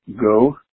Go